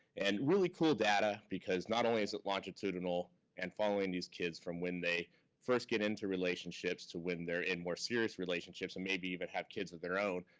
and really cool data because not only is it longitudinal and following these kids from when they first get into relationships to when they're in more serious relationships and maybe even have kids of their own,